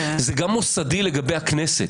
זה גם מוסדי לגבי הכנסת.